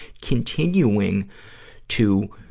continuing to,